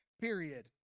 period